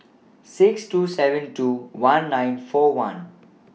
six two seven two one nine four one